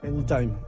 Anytime